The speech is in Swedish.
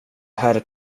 herr